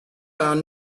are